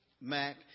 Mac